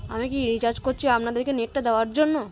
আমি কি রিচার্জ করছি আপনাদেরকে নেটটা দেওয়ার জন্য